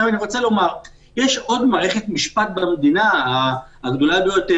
אני רוצה לומר שיש עוד מערכת מחשובית גדולה במדינה והיא בתי-המשפט.